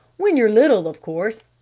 when you're little, of course,